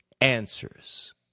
answers